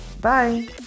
Bye